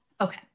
okay